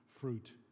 fruit